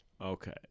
Okay